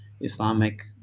Islamic